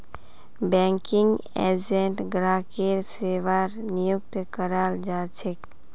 banking agent ग्राहकेर सेवार नियुक्त कराल जा छेक